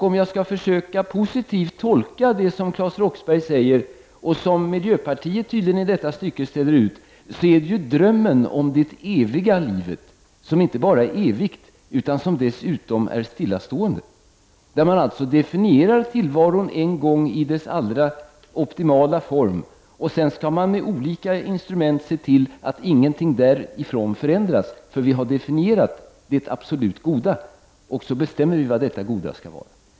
Om jag skall försöka att positivt tolka det som Claes Roxbergh sade och som miljöpartiet tydligen i detta stycke förespråkar, så är det drömmen om det eviga livet — ett liv som inte bara är evigt utan som dessutom är stillastående. Först definierar man tillvaron i dess allra mest optimala form och sedan skall man med olika instrument se till att ingenting förändras. Man har definierat det absoluta goda och så bestämmer man vad detta goda skall vara.